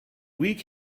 weak